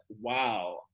wow